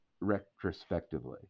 retrospectively